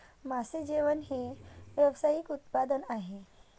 मासे जेवण हे व्यावसायिक उत्पादन आहे